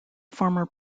former